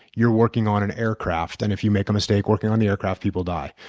you're working on an aircraft and if you make a mistake working on the aircraft, people die.